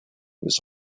was